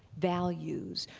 values,